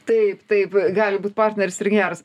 taip taip gali būt partneris ir geras